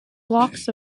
blocks